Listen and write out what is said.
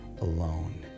alone